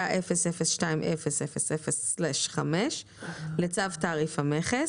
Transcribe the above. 93.04.002000/5 לצו תעריף המכס,